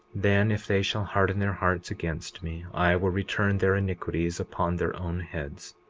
then if they shall harden their hearts against me i will return their iniquities upon their own heads,